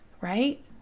right